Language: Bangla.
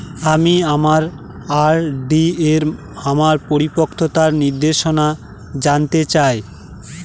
আমি আমার আর.ডি এর আমার পরিপক্কতার নির্দেশনা জানতে চাই